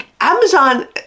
Amazon